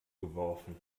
geworfen